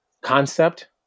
concept